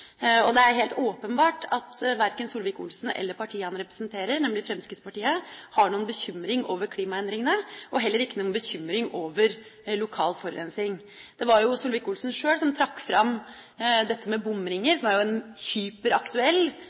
tatt. Det er helt åpenbart at verken Solvik-Olsen eller partiet han representerer, nemlig Fremskrittspartiet, har noen bekymring over klimaendringene og heller ingen bekymring over lokal forurensning. Det var Solvik-Olsen sjøl som trakk fram dette med bomringer, som er en